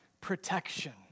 protection